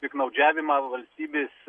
piktnaudžiavimą valstybės